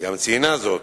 גם ציינה זאת,